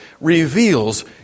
reveals